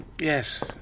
Yes